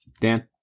Dan